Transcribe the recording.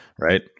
right